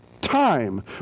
time